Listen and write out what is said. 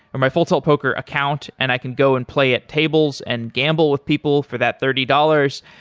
my full tilt poker account and i can go and play at tables and gamble with people for that thirty dollars.